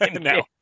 No